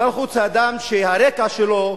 שר החוץ הוא אדם שהרקע שלו,